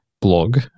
blog